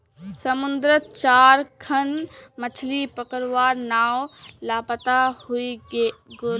समुद्रत चार खन मछ्ली पकड़वार नाव लापता हई गेले